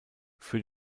für